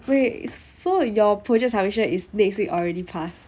wait so your project submission is next week or already pass